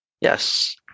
Yes